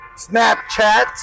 snapchat